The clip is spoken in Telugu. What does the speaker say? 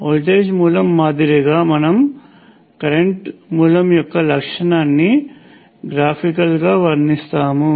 వోల్టేజ్ మూలం మాదిరిగా మనము కరెంట్ మూలం యొక్క లక్షణాన్ని గ్రాఫికల్గా వర్ణిస్తాము